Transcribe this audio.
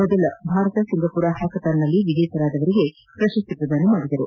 ಮೊದಲ ಭಾರತ ಸಿಂಗಾಪುರ್ ಹ್ಲಾಕಥಾನ್ನಲ್ಲಿ ವಿಜೇತರಾದವರಿಗೆ ಪ್ರಶಸ್ತಿ ಪ್ರದಾನ ಮಾಡಿದರು